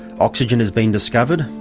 oxygen has been discovered,